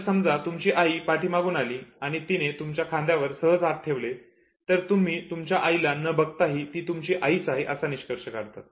जर समजा तुमची आई पाठीमागून आली आणि तिने तुमच्या खांद्यावर सहज हात ठेवले तर तुम्ही तुमच्या आईला न बघताही ती तुमची आईच आहे असा निष्कर्ष काढतात